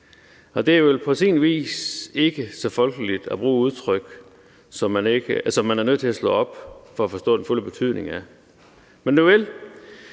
Det er vel på sin vis ikke så folkeligt at bruge udtryk, som man er nødt til at slå op for at forstå den fulde betydning af. Nuvel,